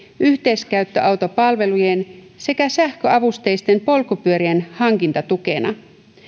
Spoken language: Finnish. yhteiskäyttöautopalvelujen sekä sähköavusteisten polkupyörien hankintatukena